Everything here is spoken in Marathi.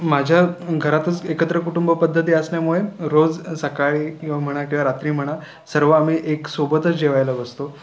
माझ्या घरातच एकत्र कुटुंबपद्धती असल्यामुळे रोज सकाळी किंवा म्हणा किंवा रात्री म्हणा सर्व आम्ही एक सोबतच जेवायला बसतो